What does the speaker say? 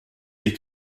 est